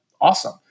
Awesome